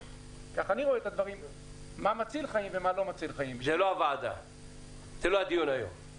הרבה נושאים שהוועדה לא מקבלת תשובות מרשות התחרות.